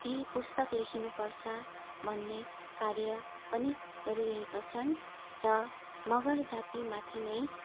केही पुस्तक लेखिन पर्छ भन्ने कार्य पनि गरिरहेका छन् र मगर जातिमाथि नै